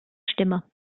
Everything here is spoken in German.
stimme